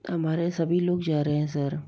हमारे सभी लोग जा रहे हैं सर